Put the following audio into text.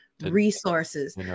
resources